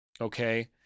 okay